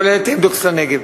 כולל ”אמדוקס" בנגב,